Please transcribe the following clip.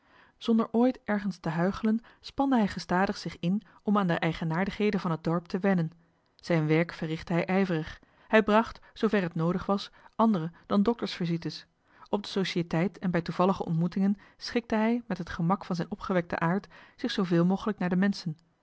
zonder ooit ergens te huichelen spande hij gestadig zich in om aan de eigenaardigheden van het dorp te wennen zijn werk verrichtte hij ijverig hij bracht zoover het noodig was andere dan dokters visites op de societeit en bij toevallige ontmoetingen schikte hij met het gemak van zijn opgewekten aard zich zooveel mogelijk naar de menschen